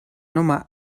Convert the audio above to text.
nummer